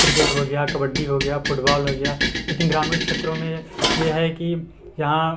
cricket हो गया कबड्डी हो गया फूटबौल हो गया लेकिन ग्रामीण क्षेत्रों में यह है कि यहाँ